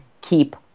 keep